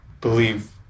believe